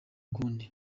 ukundi